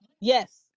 yes